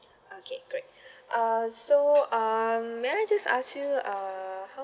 okay great uh so um may I just ask you uh how